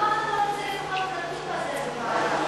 למה אתה לא רוצה לפחות לדון בנושא בוועדה?